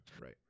right